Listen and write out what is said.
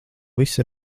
visi